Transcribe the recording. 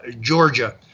Georgia